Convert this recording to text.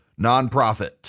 nonprofit